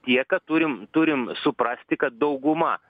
tiek kad turim turim suprasti kad dauguma